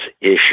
issue